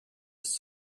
ist